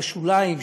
בשוליים,